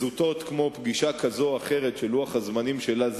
זוטות כמו פגישה כזאת או אחרת שזמנה זז